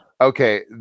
Okay